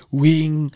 wing